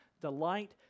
delight